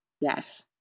yes